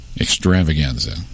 Extravaganza